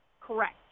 Correct